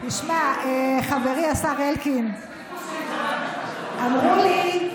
תשמע, חברי השר אלקין, אמרו לי,